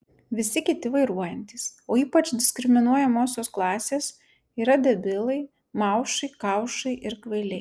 visi kiti vairuojantys o ypač diskriminuojamosios klasės yra debilai maušai kaušai ir kvailiai